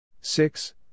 six